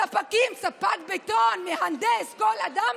ספקים, ספק בטון, מהנדס, כל אדם,